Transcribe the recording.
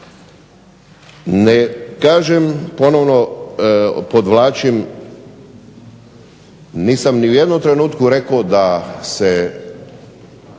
Kažem ponovno, podvlačim nisam ni u jednom trenutku rekao da se